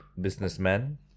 businessman